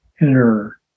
inner